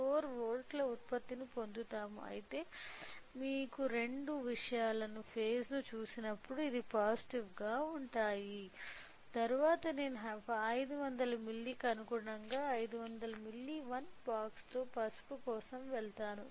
04 వోల్ట్ల ఉత్పత్తిని పొందుతున్నాము అయితే మీరు రెండు విషయాల ఫేజ్ ను చూసినప్పుడు ఇవి పాజిటివ్ గా ఉంటాయి తరువాత నేను 500 మిల్లీకి అనుగుణంగా 500 మిల్లీ వన్ బాక్స్తో పసుపు కోసం వెళ్తాను